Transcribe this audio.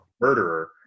murderer